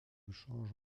change